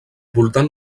voltant